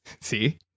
see